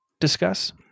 discuss